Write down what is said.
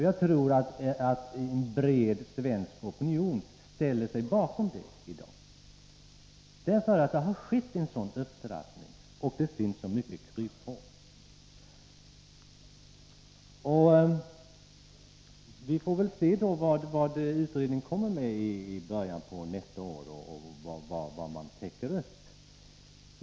Jag tror att en bred svensk opinion ställer sig bakom detta krav i dag. Det har ju skett upptrappningar, och det finns så många kryphål. Vi får väl se vad utredningen kommer med i början av nästa år, vad den täcker upp.